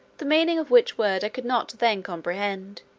the meaning of which word i could not then comprehend,